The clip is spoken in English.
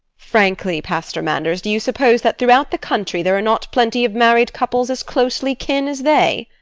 frankly, pastor manders, do you suppose that throughout the country there are not plenty of married couples as closely akin as they?